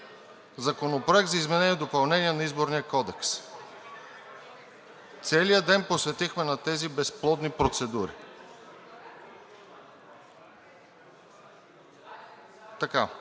„Законопроект за изменение и допълнение на Изборния кодекс“. Целият ден посветихме на тези безплодни процедури.